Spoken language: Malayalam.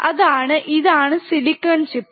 അതാണ് ഇതാണ് സിലിക്കൺ ചിപ്പ്